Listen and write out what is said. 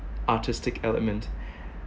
artistic element